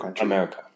America